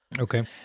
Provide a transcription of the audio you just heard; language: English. Okay